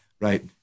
right